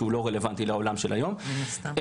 דקות שהוא לא רלוונטי לעולם של 2022. מן הסתם.